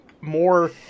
more